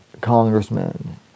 congressman